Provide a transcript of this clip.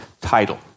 title